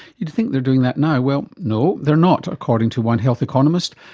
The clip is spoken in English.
you'd think they're doing that now. well no, they're not, according to one health economist,